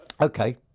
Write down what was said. Okay